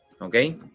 okay